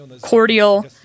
cordial